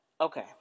Okay